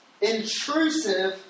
intrusive